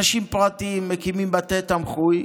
אנשים פרטיים מקימים בתי תמחוי.